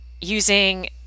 using